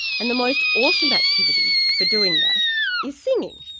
and the most awesome activity for doing that is singing.